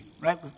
right